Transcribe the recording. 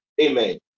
Amen